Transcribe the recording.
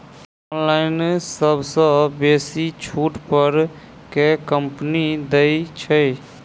Online सबसँ बेसी छुट पर केँ कंपनी दइ छै?